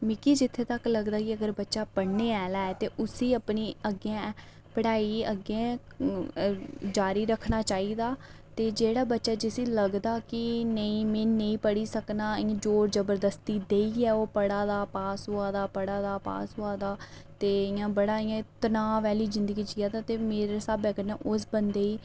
मिगी जित्थै तक्कर लगदा कि अगर बच्चा पढ़ने आह्ला ऐ ते उसी अपनी अग्गें पढ़ाई अपनी अग्गें जारी रक्खना चाहिदा ते जेह्ड़ा बच्चा जिसी लगदा कि नेईं मी नेईं पढ़ी सकनां इ'यां जोर जबरदस्ती देइयै ओह् पढ़ा दा पास होआ दा पढ़ा दा पास होआ दा ते इयां बड़ा इ'यां तनाव आह्ली जिंदगी जिया दा ते मेरे स्हाबै कन्नै उस बंदे गी